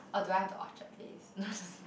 or do I have the Orchard face no just kidding